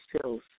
pills